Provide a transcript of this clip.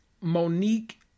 Monique